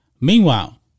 Meanwhile